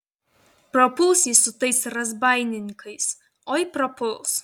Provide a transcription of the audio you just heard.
prapuls jis su tais razbaininkais oi prapuls